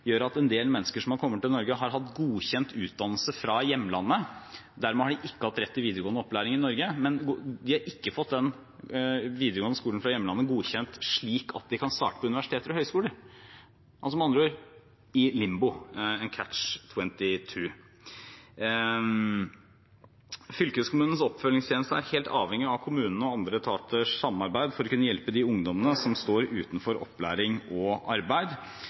gjør at en del mennesker som har kommet til Norge og har hatt godkjent utdannelse fra hjemlandet, ikke har hatt rett til videregående opplæring i Norge, men har ikke fått den videregående skolen fra hjemlandet godkjent slik at de kan starte på universiteter og høyskoler – med andre ord i limbus, en catch 22. Fylkeskommunens oppfølgingstjeneste er helt avhengig av kommunens og andre etaters samarbeid for å kunne hjelpe de ungdommene som står utenfor opplæring og arbeid.